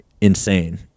insane